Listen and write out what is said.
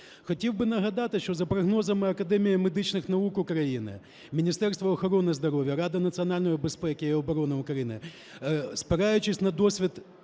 Хотів би нагадати, що за прогнозами Академії медичних наук України, Міністерства охорони здоров'я, Ради національної безпеки і оборони України, спираючись на досвід